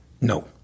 No